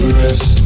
rest